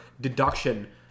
deduction